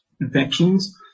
infections